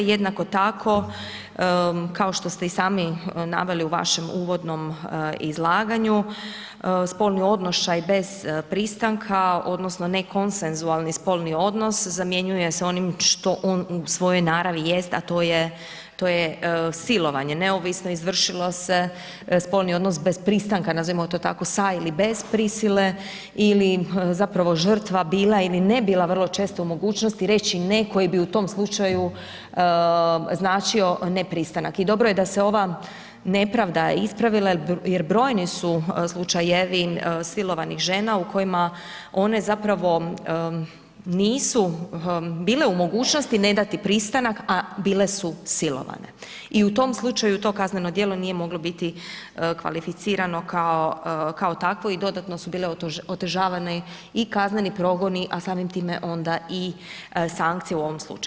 Jednako tako kao što ste i sami naveli u vašem uvodnom izlaganju spolni odnošaj bez pristanka odnosno nekonsenzualni spolni odnos zamjenjuje sa onim što on u svojoj naravi jest, a to je, to je silovanje, neovisno izvršilo se spolni odnos bez pristanka, nazovimo to tako sa ili bez prisile ili zapravo žrtva bila ili ne bila vrlo često u mogućnosti reći ne koji bi u tom slučaju značio ne pristanak i dobro je da se ova nepravda ispravila jer brojni su slučajevi silovanih žena u kojima one zapravo nisu bile u mogućnosti ne dati pristanak, a bile su silovane i u tom slučaju to kazneno djelo nije moglo biti kvalificirano kao, kao takvo i dodatno su bile otežavani i kazneni progoni, a samim time onda i sankcije u ovom slučaju.